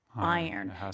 iron